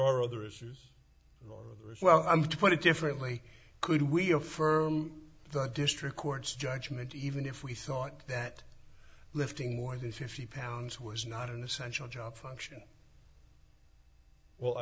are other issues as well i'm to put it differently could we affirm the district court's judgment even if we thought that lifting more than fifty pounds was not an essential job function well i